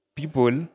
people